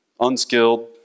unskilled